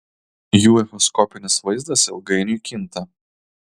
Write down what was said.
jų echoskopinis vaizdas ilgainiui kinta